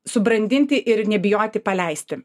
subrandinti ir nebijoti paleisti